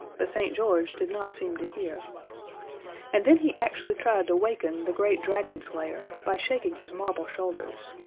but st. george did not seem to hear and then he actually tried to waken the great dragon-slayer by shaking his marble shoulders.